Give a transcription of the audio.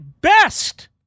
best